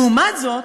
לעומת זאת,